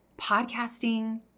podcasting